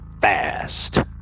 fast